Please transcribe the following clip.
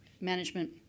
management